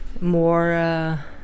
More